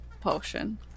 potion